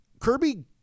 Kirby